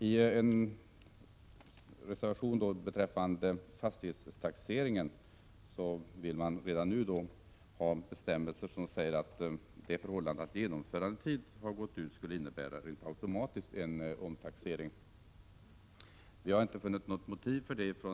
Enligt en reservation beträffande fastighetstaxeringen vill folkpartiet redan nu införa en bestämmelse som säger att det förhållandet att genomförandetiden har gått ut automatiskt skulle innebära en omtaxering. Utskottsmajoriteten har inte funnit något motiv för det.